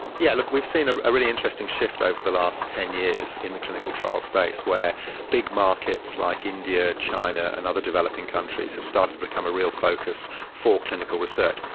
yeah like we've seen ah a really interesting shift over the last ten years in the clinical trial space where big markets like india, china and other developing countries have started to become a real focus for clinical research.